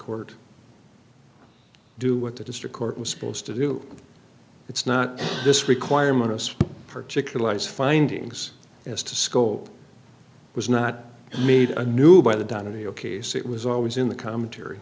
court do what the district court was supposed to do it's not this requirement of particulars findings as to scold was not meet a new by the done in your case it was always in the commentary